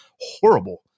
horrible